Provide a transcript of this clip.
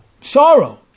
sorrow